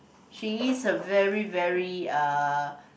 she is a very very uh